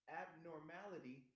abnormality